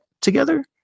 together